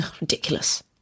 Ridiculous